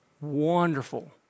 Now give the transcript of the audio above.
wonderful